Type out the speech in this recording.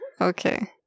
okay